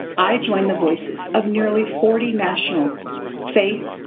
i joined the voices of nearly forty national faith,